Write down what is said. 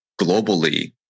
globally